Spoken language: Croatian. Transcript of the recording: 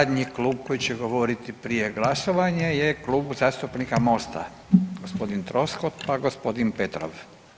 Zadnji klub koji će govoriti prije glasovanja je Klub zastupnika MOST-a gospodin Troskot, pa gospodin Petrov.